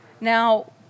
Now